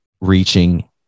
reaching